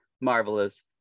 marvelous